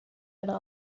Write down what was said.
einer